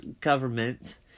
government